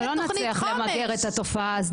לא נצליח למגר את התופעה,